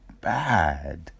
Bad